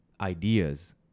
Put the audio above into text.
ideas